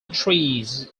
trees